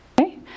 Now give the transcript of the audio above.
Okay